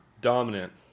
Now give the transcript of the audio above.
dominant